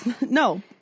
No